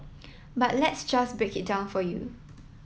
but let's just break it down for you